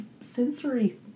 sensory